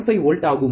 5 volt ஆகும்